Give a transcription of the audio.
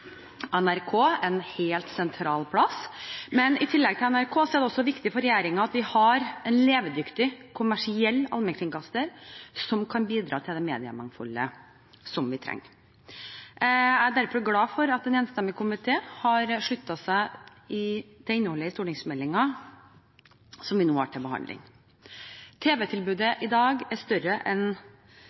NRK en helt sentral plass, men det er viktig for regjeringen at vi har en levedyktig kommersiell allmennkringkaster, i tillegg til NRK, som kan bidra til det mediemangfoldet som vi trenger. Jeg er derfor glad for at en enstemmig komité har sluttet seg til innholdet i stortingsmeldingen som vi nå har til behandling. Tv-tilbudet i dag er større enn